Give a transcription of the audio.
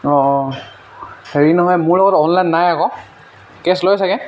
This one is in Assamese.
অঁ অঁ হেৰি নহয় মোৰ লগত অনলাইন নাই আকৌ কেছ লয় ছাগৈ